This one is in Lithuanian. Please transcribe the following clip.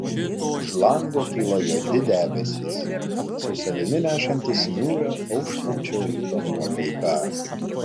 už lango kyla juodi debesys su savimi nešantys niūrią auštančio ryto nuotaiką